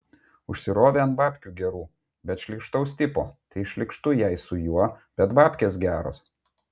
užsirovė ant babkių gerų bet šlykštaus tipo tai šlykštu jai su juo bet babkės geros